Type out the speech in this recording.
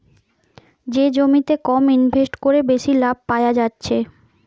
যে জমিতে কম ইনভেস্ট কোরে বেশি লাভ পায়া যাচ্ছে